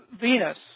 Venus